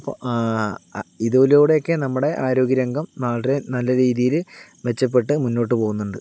അപ്പൊൾ ഇതിലൂടെയൊക്കെ നമ്മുടെ ആരോഗ്യരംഗം വളരെ നല്ല രീതിയിൽ മെച്ചപ്പെട്ട് മുന്നോട്ടു പോകുന്നുണ്ട്